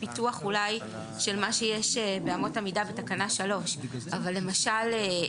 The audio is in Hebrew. פיתוח של מה שיש באמות המידה בתקנה 3. אבל למשל,